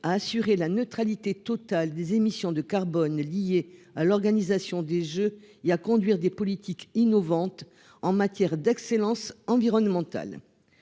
à assurer la neutralité totale des émissions de carbone liées à l'organisation des Jeux. Il y a conduire des politiques innovantes en matière d'excellence environnementale.